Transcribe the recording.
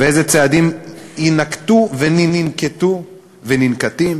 ואיזה צעדים יינקטו וננקטו וננקטים?